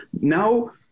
now